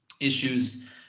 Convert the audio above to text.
issues